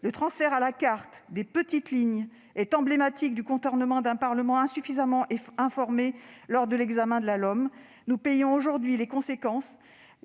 Le transfert à la carte des petites lignes est emblématique du contournement d'un Parlement qui a été insuffisamment informé lors de l'examen de la LOM. Nous en payons aujourd'hui les conséquences,